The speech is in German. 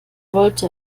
wollte